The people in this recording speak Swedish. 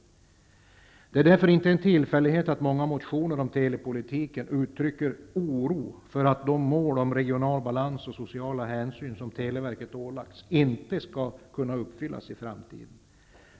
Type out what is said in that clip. Det är därför inte en tillfällighet att det i många motioner om telepolitiken uttrycks en oro för att de mål beträffande en regional balans och sociala hänsyn som televerket ålagts att beakta inte kan uppnås i framtiden.